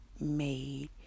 made